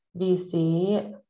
VC